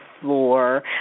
floor